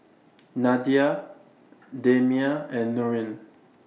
Nadia Damia and Nurin